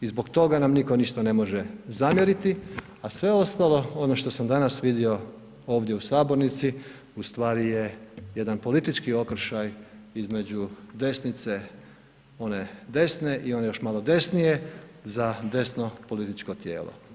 I zbog toga nam nitko ništa ne može zamjeriti, a sve ostalo ono što sam danas vidio ovdje u sabornici u stvari je jedan politički okršaj između desnice one desne i one još malo desnije za desno političko tijelo.